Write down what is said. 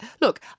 Look